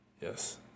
Yes